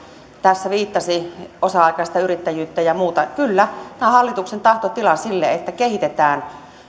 tässä viittasi osa aikaiseen yrittäjyyteen ja muuhun niin kyllä tämä on hallituksen tahtotila että kehitetään